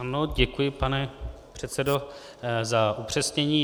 Ano, děkuji, pane předsedo, za upřesnění.